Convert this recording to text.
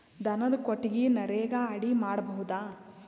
ದನದ ಕೊಟ್ಟಿಗಿ ನರೆಗಾ ಅಡಿ ಮಾಡಬಹುದಾ?